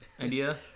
idea